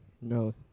No